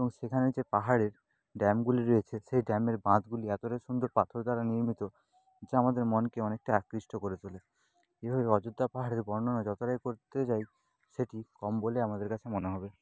এবং সেখানে যে পাহাড়ের ড্যামগুলি রয়েছে সেই ড্যামের বাঁধগুলি এতোটাই সুন্দর পাথর দ্বারা নির্মিত যা আমাদের মনকে অনেকটা আকৃষ্ট করে তোলে এভাবে অযোধ্যা পাহাড়ের বর্ণনা যতোটাই করতে যাই সেটি কম বলে আমাদের কাছে মনে হবে